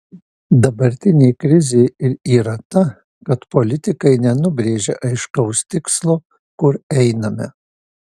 dabartinė krizė ir yra ta kad politikai nenubrėžia aiškaus tikslo kur einame